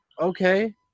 okay